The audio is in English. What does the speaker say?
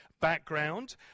background